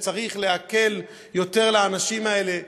שצריך להקל על האנשים האלה,